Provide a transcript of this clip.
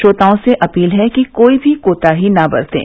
श्रोताओं से अपील है कि कोई भी कोताही न बरतें